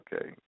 okay